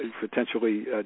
potentially